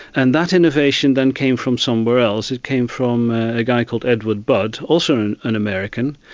and that innovation then came from somewhere else, it came from a guy called edward budd, also an an american,